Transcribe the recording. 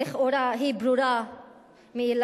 לכאורה היא ברורה מאליה,